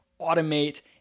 automate